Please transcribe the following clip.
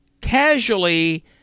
casually